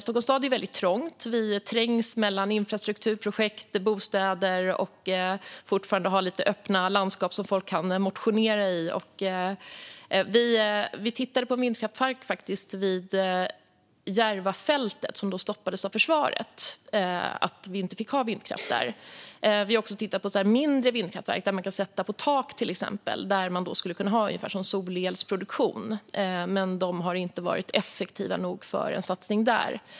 Stockholms stad är väldigt trång; vi trängs mellan infrastrukturprojekt och bostäder, och vi vill fortfarande ha lite öppna landskap som folk kan motionera i. Vi föreslog en vindkraftspark vid Järvafältet, men den stoppades av försvaret, som sa att vi inte fick ha vindkraft där. Vi har också övervägt mindre vindkraftverk som man till exempel kan sätta på tak så att det blir ungefär som solelsproduktion. De har dock inte varit effektiva nog för en satsning.